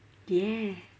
yeah